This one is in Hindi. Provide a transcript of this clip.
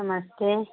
नमस्ते